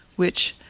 which,